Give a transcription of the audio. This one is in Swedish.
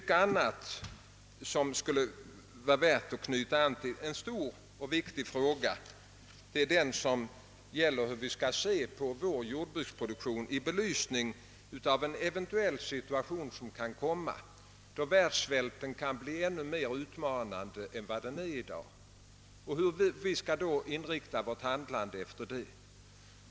En stor och viktig fråga är den som gäller hur vi skall betrakta vår jordbruksproduktion i belysning av en eventuell situation då världssvälten kan bli ännu mer utmanande än vad den är i dag och hur vi skall inrikta vårt handlande därefter.